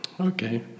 okay